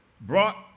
brought